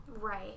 Right